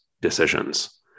decisions